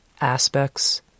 aspects